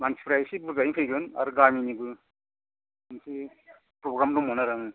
मानसिफ्रा इसे बुरजायैनो फैगोन आरो गामिनिबो एसे प्रग्राम दंमोन आरो आंनि